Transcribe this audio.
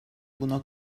buna